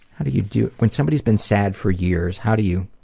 how do you do it? when somebody's been sad for years, how do you?